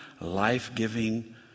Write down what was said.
life-giving